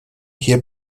hier